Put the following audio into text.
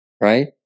Right